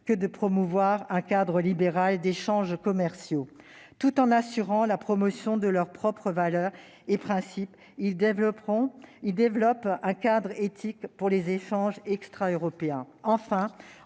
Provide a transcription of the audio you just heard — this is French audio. que promouvoir un cadre libéral d'échanges commerciaux. Tout en assurant la promotion de leurs propres valeurs et principes, ils développent un cadre éthique pour les échanges extraeuropéens. Enfin,